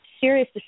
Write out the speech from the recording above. serious